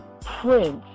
Prince